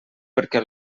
perquè